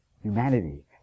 humanity